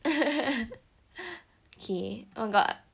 okay oh god